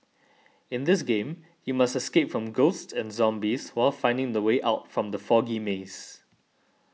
in this game you must escape from ghosts and zombies while finding the way out from the foggy maze